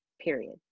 period